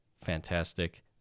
fantastic